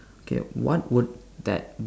okay what would that